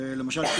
למשל,